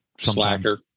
Slacker